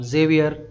Xavier